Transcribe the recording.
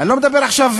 אני לא מדבר עכשיו,